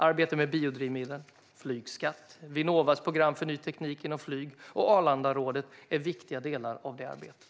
Arbetet med biodrivmedel, flygskatt, Vinnovas program för ny teknik inom flyg och Arlandarådet är viktiga delar av det arbetet.